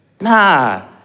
Nah